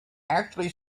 actually